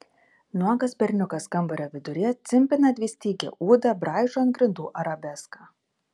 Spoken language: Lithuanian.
nuogas berniukas kambario viduryje cimpina dvistygę ūdą braižo ant grindų arabeską